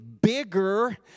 bigger